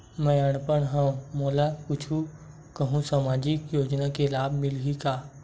मैं अनपढ़ हाव मोला कुछ कहूं सामाजिक योजना के लाभ मिलही का?